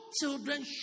children